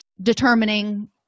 determining